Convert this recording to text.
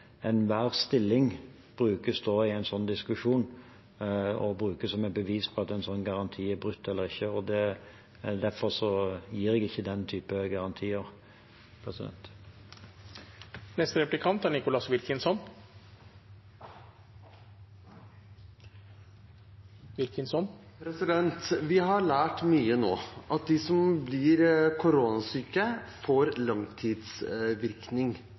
enhver stilling da brukes i en slik diskusjon, og brukes som et bevis på om en slik garanti er brutt eller ikke. Derfor gir jeg ikke den typen garantier. Vi har lært mye nå, at mange av dem som blir